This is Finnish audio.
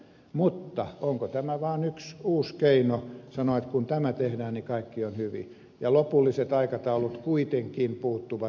mutta onko tämä vaan yksi uusi keino sanoa että kun tämä tehdään kaikki on hyvin ja lopulliset aikataulut kuitenkin puuttuvat